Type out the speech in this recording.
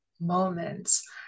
moments